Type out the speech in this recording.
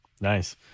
Nice